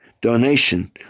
donation